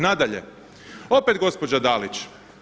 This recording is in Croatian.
Nadalje, opet gospođa Dalić.